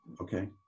Okay